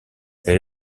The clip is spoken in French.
elle